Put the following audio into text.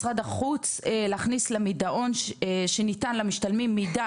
משרד החוץ להכניס ל"מידעון" שניתן למשתלמים מידע